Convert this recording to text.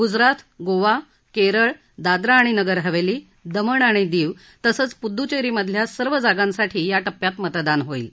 गुजरात गोवा केरळ दादरा आणि नगर हवेली दमण आणि दीव तसंच पुदुच्चेरीमधल्या सर्व जागांसाठी या टप्प्यात मतदान होईल